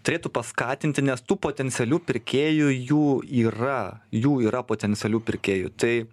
turėtų paskatinti nes tų potencialių pirkėjų jų yra jų yra potencialių pirkėjų tai